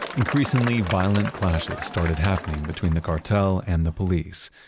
increasingly violent clashes started happening between the cartel and the police.